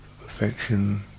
affection